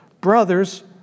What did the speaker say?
Brothers